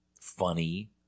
funny